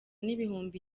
n’ibihumbi